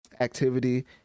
activity